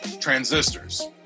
transistors